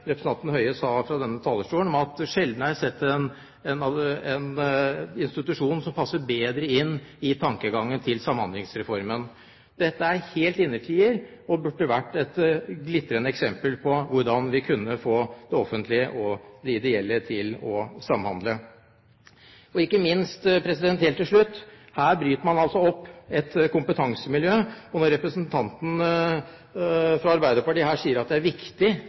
sa fra denne talerstolen, om at sjelden har jeg sett en institusjon som passer bedre inn i tankegangen til Samhandlingsreformen. Dette er en innertier og burde vært et glitrende eksempel på hvordan vi kunne fått det offentlige og det ideelle til å samhandle. Ikke minst, helt til slutt: Her bryter man opp et kompetansemiljø, og når representanten fra Arbeiderpartiet sier at det er viktig